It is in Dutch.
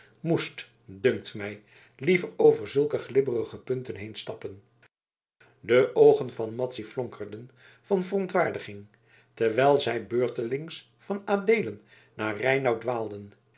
moest dunkt mij liever over zulke glibberige punten heenstappen de oogen van madzy flonkerden van verontwaardiging terwijl zij beurtelings van adeelen naar reinout dwaalden